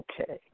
okay